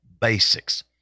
basics